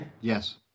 Yes